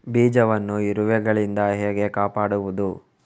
ಬೀಜವನ್ನು ಇರುವೆಗಳಿಂದ ಹೇಗೆ ಕಾಪಾಡುವುದು?